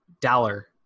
dollar